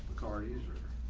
car user